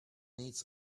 needs